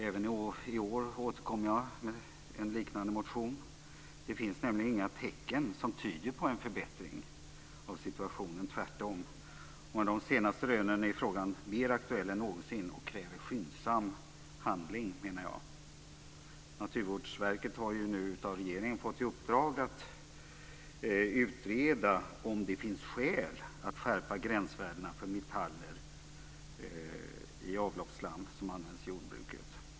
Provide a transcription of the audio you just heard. Även i år återkommer jag med en liknande motion. Det finns nämligen inga tecken som tyder på en förbättring av situationen, tvärtom. Med de senaste rönen är frågan mer aktuell än någonsin och kräver skyndsam handling, menar jag. Naturvårdsverket har av regeringen nu fått i uppdrag att utreda om det finns skäl att skärpa gränsvärdena för metaller i avloppsslammet som används i jordbruket.